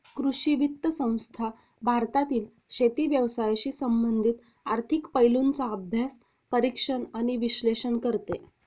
कृषी वित्त संस्था भारतातील शेती व्यवसायाशी संबंधित आर्थिक पैलूंचा अभ्यास, परीक्षण आणि विश्लेषण करते